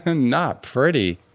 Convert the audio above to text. and not pretty!